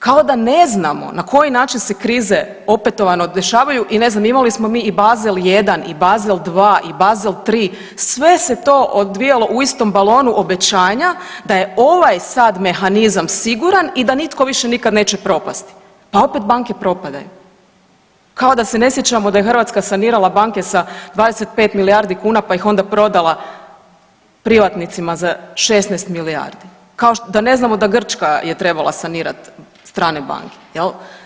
Kao da ne znamo na koji način se krize opetovano dešavaju i ne znam imali smo mi i Basel I i Basel II i Basel III sve se to odvijalo u istom balonu obećanja da je ovaj sad mehanizam siguran i da nitko više nikad neće propasti pa opet banke propadaju kao da se ne sjećamo da je Hrvatska sanirala banke sa 25 milijardi kuna pa ih onda prodala privatnicima za 16 milijardi, kao da ne znamo da Grčka je trebala sanirat strane banke jel.